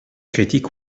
critiques